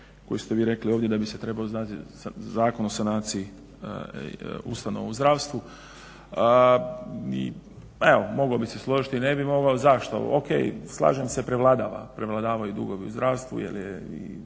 koji ste vi rekli ovdje da bi se trebao zvati Zakon o sanaciji ustanova u zdravstvu. Pa evo mogao bih se složiti i ne bih mogao. Zašto? O.k. slažem se prevladava, prevladavaju dugovi u zdravstvu jer je